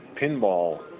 pinball